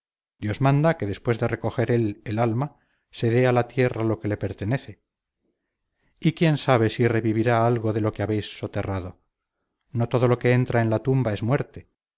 dios manda que después de recoger él el alma se dé a la tierra lo que le pertenece y quién sabe si revivirá algo de lo que habéis soterrado no todo lo que entra en la tumba es muerte